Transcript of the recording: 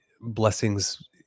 blessings